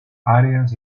áreas